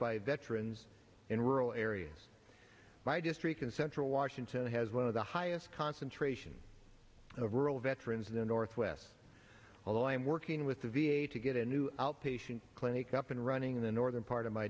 by veterans in rural areas by districts in central washington has one of the highest concentration of rural veterans in the northwest although i am working with the v a to get a new outpatient clinic up and running the northern part of my